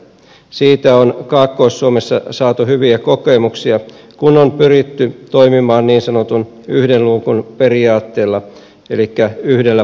siitä on kaakkois suomessa saatu hyviä kokemuksia kun on pyritty toimimaan niin sanotun yhden luukun periaatteella elikkä yhdellä palvelulla